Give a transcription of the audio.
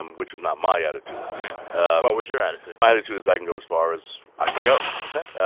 um which was not my attitude what was your attitude? my attitude is, i can go as far as i can go ok